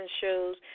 shows